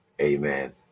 Amen